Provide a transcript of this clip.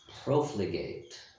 profligate